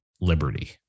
liberty